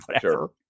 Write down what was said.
Sure